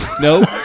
No